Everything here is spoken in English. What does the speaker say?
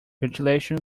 ventilation